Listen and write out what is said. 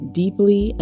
deeply